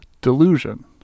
delusion